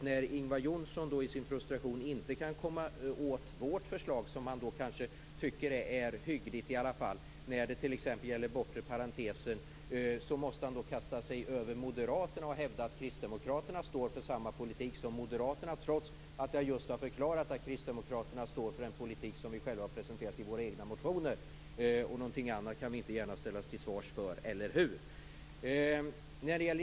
När Ingvar Johnsson i sin frustration inte kan komma åt vårt förslag, som han kanske tycker är hyggligt när det gäller den bortre parentesen, kastar han sig i stället över moderaterna och hävdar att kristdemokraterna står för samma politik som de, trots att jag just har förklarat att kristdemokraterna står för den politik som vi själva har presenterat i våra egna motioner. Något annat kan vi inte gärna ställas till svars för, eller hur?